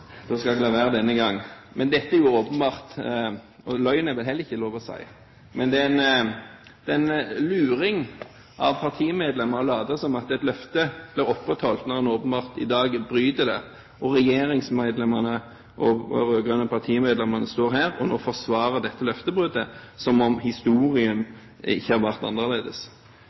la være denne gangen. Det er åpenbart løgn – det er det vel heller ikke lov til å si – eller en luring av partimedlemmer å late som at et løfte blir opprettholdt, når man i dag åpenbart bryter det. Regjeringsmedlemmene og de rød-grønne partimedlemmene står nå her og forsvarer dette løftebruddet som om historien ikke har vært annerledes.